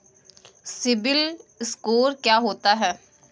CIBIL score क्या होता है?